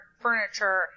furniture